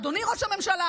אדוני ראש הממשלה,